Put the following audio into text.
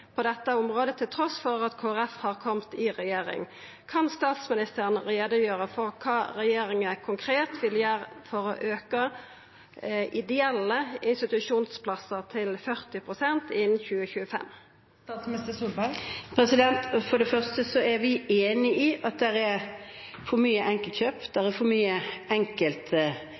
på dette området, trass i at Kristeleg Folkeparti har kome i regjering. Kan statsministeren gjera greie for kva regjeringa konkret vil gjera for å auka talet på ideelle institusjonsplassar til 40 pst. innan 2025? For det første er vi enig i at det er for mange enkeltkjøp, for mange enetiltak. Dette er områder og en utvikling som det er